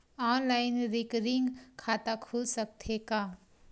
Online recurring खाता खुल सकथे का?